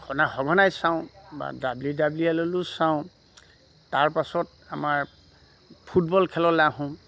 সঘনাই চাওঁ বা চাওঁ তাৰপাছত আমাৰ ফুটবল খেললে আহোঁ